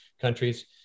countries